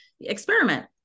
experiment